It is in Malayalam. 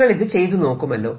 നിങ്ങൾ ഇത് ചെയ്തു നോക്കുമല്ലോ